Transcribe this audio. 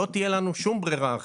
לא תהיה לנו שום ברירה אחרת.